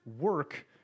work